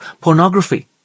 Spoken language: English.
pornography